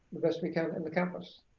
the best we can in the campus,